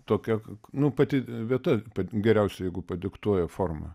tokia nu pati vieta geriausia jeigu padiktuoja formą